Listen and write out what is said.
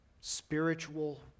spiritual